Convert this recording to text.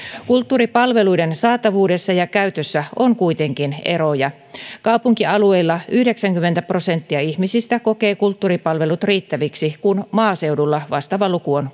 kulttuuripalveluiden saatavuudessa ja käytössä on kuitenkin eroja kaupunkialueilla yhdeksänkymmentä prosenttia ihmisistä kokee kulttuuripalvelut riittäviksi kun maaseudulla vastaava luku on